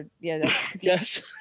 Yes